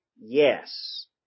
Yes